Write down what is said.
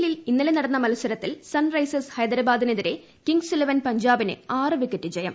എല്ലിൽ ഇന്നലെ നടന്ന മത്സരത്തിൽ സൺ റൈസേഴ്സ് ഹൈദരാബാദിനെതിരെ കിങ്സ് ഇലവൻ പഞ്ചാബിന് ആറ് വിക്കറ്റ് ജയം